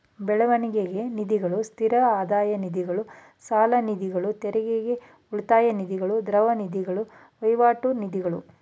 ಬೆಳವಣಿಗೆ ನಿಧಿಗಳು, ಸ್ಥಿರ ಆದಾಯ ನಿಧಿಗಳು, ಸಾಲನಿಧಿಗಳು, ತೆರಿಗೆ ಉಳಿತಾಯ ನಿಧಿಗಳು, ದ್ರವ ನಿಧಿಗಳು, ವಹಿವಾಟು ನಿಧಿಗಳು